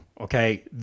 Okay